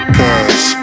cause